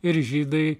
ir žydai